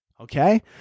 okay